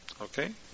Okay